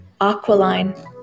Aqualine